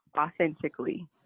authentically